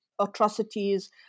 atrocities